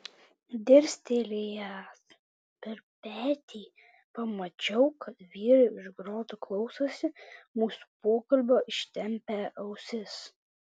dirstelėjęs per petį pamačiau kad vyrai už grotų klausosi mūsų pokalbio ištempę ausis